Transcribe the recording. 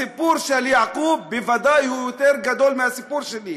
הסיפור של יעקוב בוודאי יותר גדול מהסיפור שלי,